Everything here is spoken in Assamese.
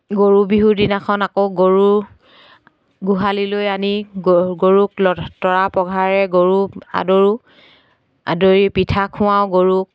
গৰু বিহু দিনাখন আকৌ গৰু গোহালীলৈ আনি গ গৰুক ল তৰা পঘাৰে গৰুক আদৰোঁ আদৰি পিঠা খুৱাওঁ গৰুক